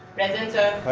present sir.